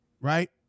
right